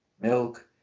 milk